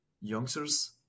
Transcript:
youngsters